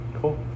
Cool